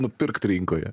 nupirkt rinkoje